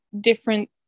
different